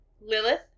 Lilith